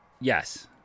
yes